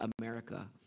America